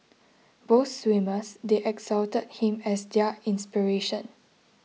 both swimmers they exalted him as their inspiration